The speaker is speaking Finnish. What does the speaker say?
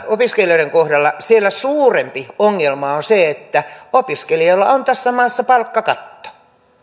opiskelijoiden kohdalla suurempi ongelma on se että opiskelijoilla on tässä maassa palkkakatto